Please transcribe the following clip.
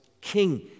king